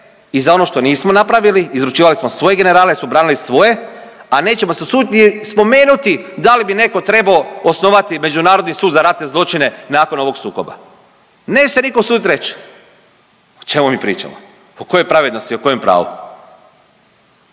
i za ono što nismo napravili, izručivali smo svoje generale jer su branili svoje, a nećemo se usuditi ni spomenuti da li bi netko trebao osnovati međunarodni sud za ratne zločine nakon ovog sukoba. Neće se nitko usudit reći. O čemu mi pričamo? O kojoj pravednosti, o kojem pravu?